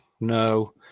No